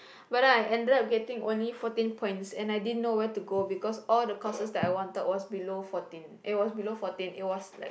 but then I ended up only getting fourteen points and I didn't know where to go because all the courses that I wanted was below fourteen it was below fourteen it was like